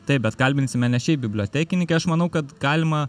taip bet kalbinsime ne šiaip bibliotekininkę aš manau kad galima